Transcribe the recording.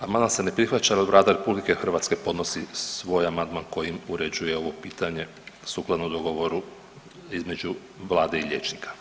Amandman se ne prihvaća jer Vlada RH podnosi svoj amandman kojim uređuje ovo pitanje sukladno dogovoru između vlade i liječnika.